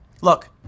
Look